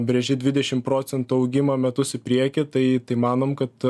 brėži dvidešim procentų augimo metus į priekį tai tai manom kad